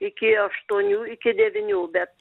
iki aštuonių iki devynių bet